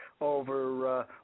over